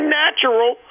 natural